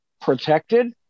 protected